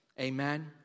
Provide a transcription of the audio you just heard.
Amen